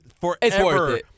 forever